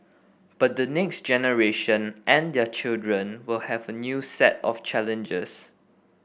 but the next generation and their children will have a new set of challenges